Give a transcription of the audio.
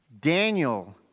Daniel